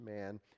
man